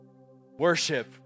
worship